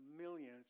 millions